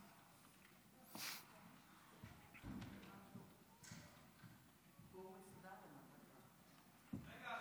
רגע,